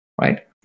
Right